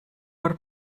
per